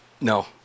No